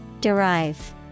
Derive